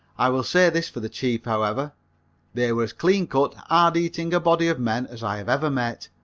i will say this for the chiefs, however they were as clean-cut, hard-eating a body of men as i have ever met.